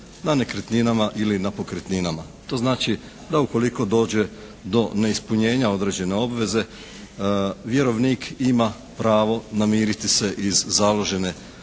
na nekretninama ili na pokretninama. To znači da ukoliko dođe do neispunjenja određene obveze vjerovnik ima pravo namiriti se iz založene